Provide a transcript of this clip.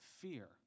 fear